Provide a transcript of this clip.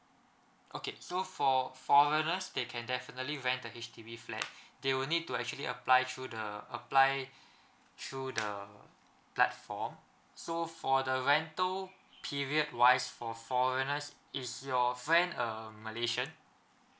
okay so for foreigners they can definitely rent a H_D_B flat they will need to actually apply through the apply through the platform so for the rental period wise for foreigners is your friend a malaysian